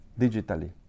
digitally